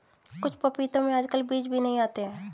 कुछ पपीतों में आजकल बीज भी नहीं आते हैं